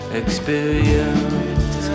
experience